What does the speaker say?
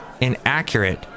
inaccurate